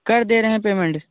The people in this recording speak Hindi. कर दे रहें पेमेंट